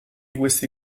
questi